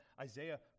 isaiah